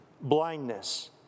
blindness